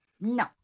no